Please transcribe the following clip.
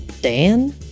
Dan